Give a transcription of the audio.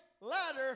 ladder